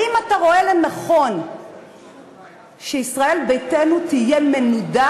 האם אתה רואה לנכון שישראל ביתנו תהיה מנודה